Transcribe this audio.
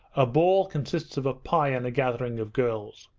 a ball consists of a pie and a gathering of girls